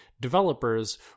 developers